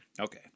okay